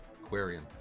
Aquarian